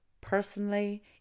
personally